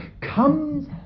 comes